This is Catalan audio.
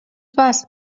fas